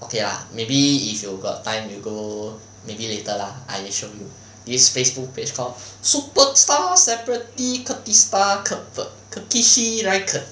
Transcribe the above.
okay lah maybe if you got time you go maybe later lah I show you use facebook page called